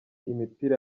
imipira